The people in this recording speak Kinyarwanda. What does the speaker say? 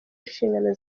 inshingano